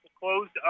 closed